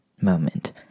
moment